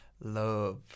love